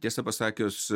tiesą pasakius